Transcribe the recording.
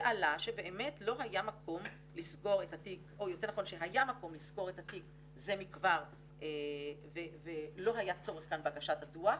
ועלה שהיה מקום לסגור את התיק זה מכבר ולא היה צורך כאן בהגשת הדוח,